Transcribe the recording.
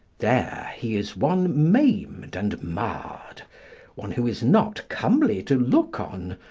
there he is one maimed and marred one who is not comely to look on,